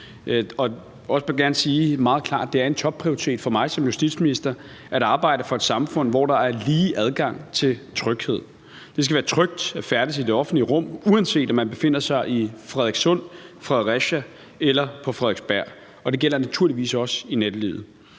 Og jeg vil også gerne sige meget klart, at det er en topprioritet for mig som justitsminister at arbejde for et samfund, hvor der er lige adgang til tryghed. Det skal være trygt at færdes i det offentlige rum, uanset om man befinder sig i Frederikssund, Fredericia eller på Frederiksberg, og det gælder naturligvis også i nattelivet.